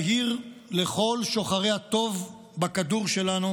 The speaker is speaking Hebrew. שבו בהיר לכל שוחרי הטוב בכדור שלנו